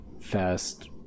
fast